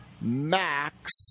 Max